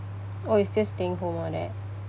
oh you're still staying home all that